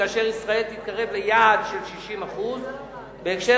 כאשר ישראל תתקרב ליעד של 60%. בהקשר